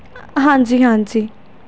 ਹਾਂਜੀ ਹਾਂਜੀ